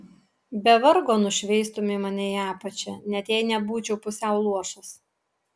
be vargo nušveistumei mane į apačią net jei nebūčiau pusiau luošas